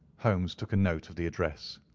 holmes took a note of the address.